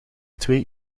twee